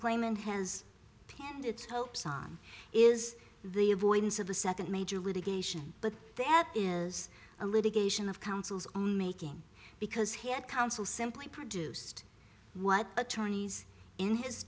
claimant has planned its hopes on is the avoidance of the second major litigation but that is a litigation of counsel's own making because he had counsel simply produced what attorneys in his